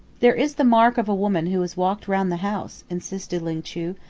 there is the mark of a woman who has walked round the house, insisted ling chu,